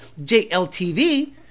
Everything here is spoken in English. JLTV